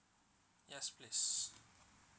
yes please